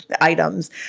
items